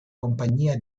compagnia